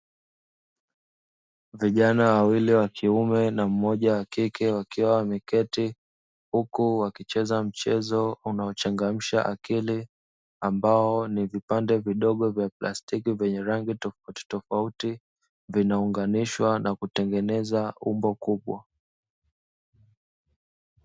Vijana wawili wa kiume na mmoja wa kike wakiwa wameketi huko wakicheza mchezo unaochangamsha akili ambao ni vipande vidogo vya plastiki vyenye rangi tofauti tofauti vinaunganishwa na kutengeneza umbo kubwa.